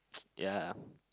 ya